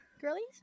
Girlies